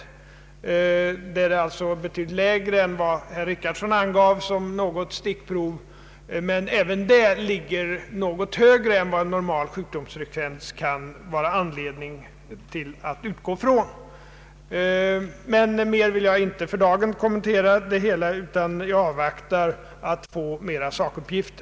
Denna siffra är alltså betydligt lägre än den som herr Richardson angav från något stickprov, men även en sådan frånvaro ligger något högre än en normal sjukdomsfrekvens kan ge anledning till. Jag vill inte kommentera frågan mer för dagen, utan jag avvaktar ytterligare sakuppgifter.